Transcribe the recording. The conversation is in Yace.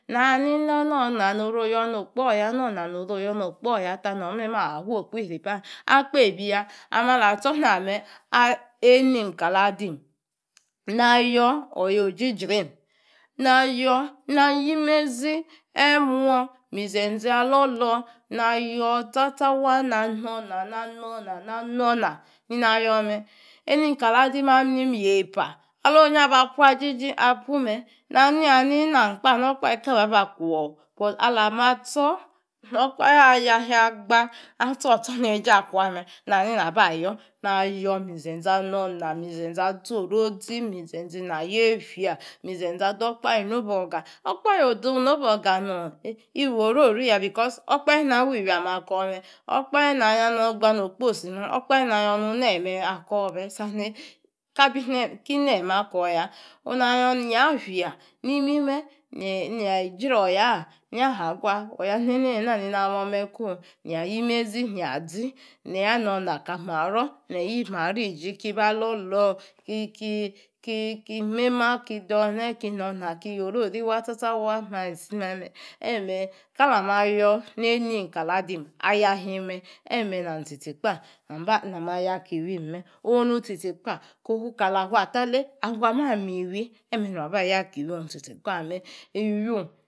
Na na ina na wo nano oyor no okpp'or ya. wo nano oru oyor no okpoor ya ta nome afu okpo iripa akpebiya ama la tsor na meh ar einim kala adimm na yor oyah'o jrijra aim na yor na ayi mezi, emuo mi zenze alolo na yor tsa tsa waa' na nor-na, na-nor-na na nor-na nina yor meh. Emim kali adimm amim yepa alonyi aba pu ajiji a pu meh na noya nini am kpah okpahe kaba kwor'o but alama tsor okpohe ayor hia agba atsor atsorniejie akwa meh na hanin na ba yor na yor ni zenze anorna, mi zenze azi oro-zi, mi zenze ina yefia, mi zenze ador okpahe nobe orga. Okpahe odon nobe orga nom ifuororiya okpahe na wi iwiameh akor meh okpahe na yor na agba no okposi meh, okpahe na yor nu nemeh akor meh sani ki nemeh akor ya onayor nia fia ni mime ijri oyaa' nia ha gwa, ni ne, ne, na moh meh ko nia ayi mezi azi, ya orna kali maro ya yi maro iji kiba lorlor ki ki ki ki miemah ki dungne ki nornah ki yorori waa' tsatsa waa' alisimeh emeh kala ma yor ni-eniem kali adimm ayor ahim meh, emeh am tsi tsi kpah mba na ma ayor aki iwie meh. Onu tsi tsi kpah kowu kali afatalie, akwa aba mi-iwi emeh nua aba yor aki iwion tsi tsi kpah meh iwieun.